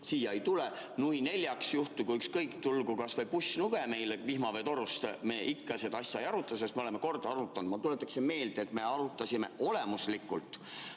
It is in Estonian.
siia ei tule – nui neljaks, juhtugu ükskõik mis, tulgu kas või pussnuge meile vihmaveetorust, me ikka seda asja ei aruta, sest me oleme kord arutanud? Ma tuletaksin meelde, et me arutasime olemuslikult